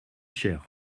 cher